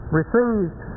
received